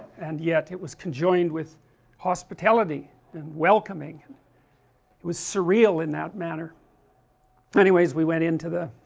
and yet it was conjoined with hospitality and welcoming it was surreal in that manner anyways we went into the